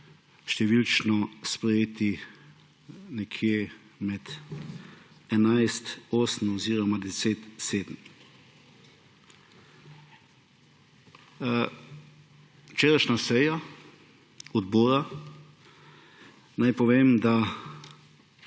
številčno sprejeti nekje med 11 : 8 oziroma 10 : 7. Za včerajšnjo sejo odbora naj povem, da